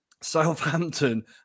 Southampton